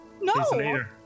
no